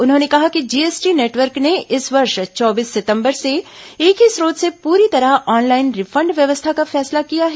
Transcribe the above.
उन्होंने कहा कि जीएसटी नेटवर्क ने इस वर्ष चौबीस सितंबर से एक ही स्रोत से पूरी तरह अॉनलाइन रिफंड व्यवस्था का फैसला किया है